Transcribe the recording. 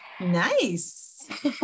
Nice